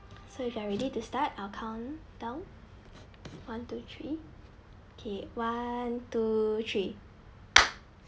so if you are ready to start I'll countdown one two three okay one two three